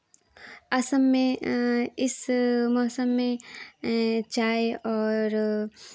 असम में इस मौसम में चाय और